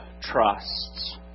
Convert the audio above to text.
trusts